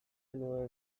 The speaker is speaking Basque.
nuen